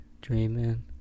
Dreaming